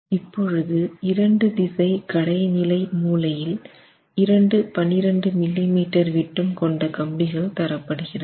இப்பொழுது இரண்டு திசை கடை நிலை மூலையில் 2 12 மில்லி மீட்டர் விட்டம் கொண்ட கம்பிகள் தரப்படுகிறது